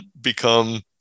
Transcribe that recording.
become